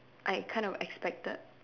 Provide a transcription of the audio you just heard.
I kind of expected